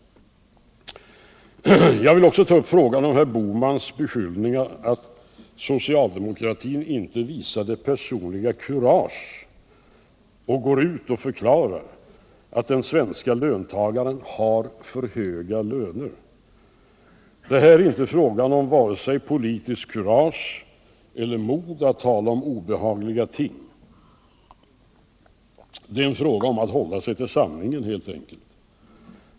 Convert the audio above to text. Jag vill också ta upp frågan om herr Bohmans beskyllningar att socialdemokratin inte visar det personliga kuraget att gå ut och förklara att de svenska löntagarna har för höga löner. Det är här inte fråga om vare sig politiskt kurage eller mod att tala om obehagliga ting — det är helt enkelt fråga om att hålla sig till sanningen.